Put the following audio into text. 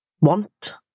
want